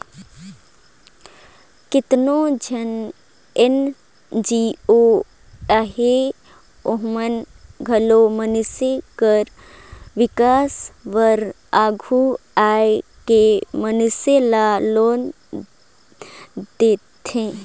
केतनो जेन एन.जी.ओ अहें ओमन घलो मइनसे कर बिकास बर आघु आए के मइनसे ल लोन देथे